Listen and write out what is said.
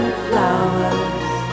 flowers